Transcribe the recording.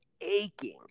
aching